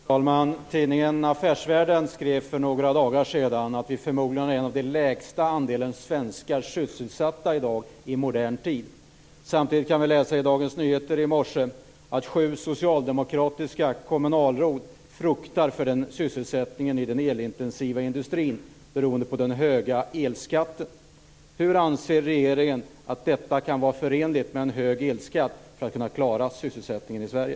Fru talman! Tidningen Affärsvärlden skrev för några dagar sedan att vi nu förmodligen har de lägsta siffrorna för sysselsättning i modern tid. Samtidigt kunde vi i Dagens Nyheter i morse läsa att sju socialdemokratiska kommunalråd fruktar för sysselsättningen i den elintensiva industrin beroende på den höga elskatten. Anser regeringen att en hög elskatt är förenlig med ambitionen att klara sysselsättningen i Sverige?